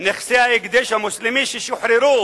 נכסי ההקדש המוסלמי ששוחררו